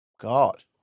God